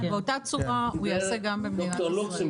באותה צורה הוא יעשה גם בישראל.